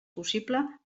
possible